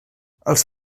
els